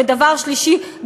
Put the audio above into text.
ודבר שלישי,